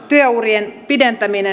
työurien pidentäminen